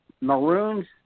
maroons